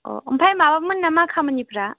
अ ओमफाय माबामोन नामा खामानिफ्रा